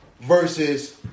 versus